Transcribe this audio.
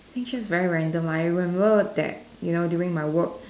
think just very random lah I remember that you know during my work